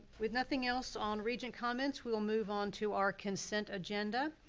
with nothing else on regent comments we'll move on to our consent agenda.